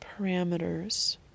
parameters